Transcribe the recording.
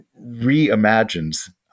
reimagines